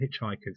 hitchhikers